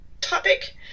topic